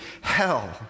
hell